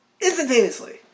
instantaneously